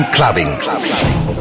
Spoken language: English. Clubbing